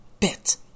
bit